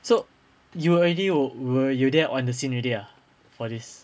so you were already were were you there on the scene already ah for this